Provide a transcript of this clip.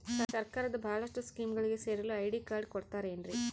ಸರ್ಕಾರದ ಬಹಳಷ್ಟು ಸ್ಕೇಮುಗಳಿಗೆ ಸೇರಲು ಐ.ಡಿ ಕಾರ್ಡ್ ಕೊಡುತ್ತಾರೇನ್ರಿ?